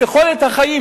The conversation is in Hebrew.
תוחלת החיים,